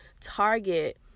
target